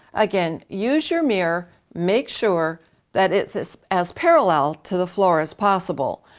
again use your mirror make sure that it's as as parallel to the floor as possible.